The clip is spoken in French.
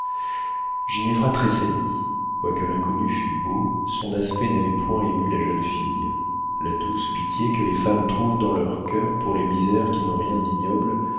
ginevra tressaillit quoique l'inconnu fût beau son aspect n'avait point ému la jeune fille la douce pitié que les femmes trouvent dans leur coeur pour les misères qui n'ont rien d'ignoble